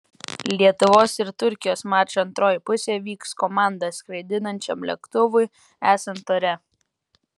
lietuvos ir turkijos mačo antroji pusė vyks komandą skraidinančiam lėktuvui esant ore